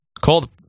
Call